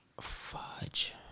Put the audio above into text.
Fudge